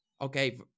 okay